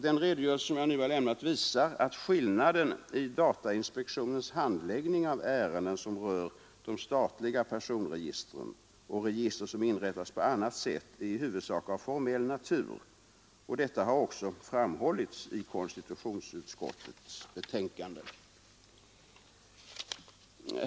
Den redogörelse som jag nu har lämnat visar att skillnaden i datainspektionens handläggning av ärenden som rör de statliga personregistren och register som inrättas på annat sätt är i huvudsak av formell natur. Detta har också framhållits i konstitutionsutskottets betänkande.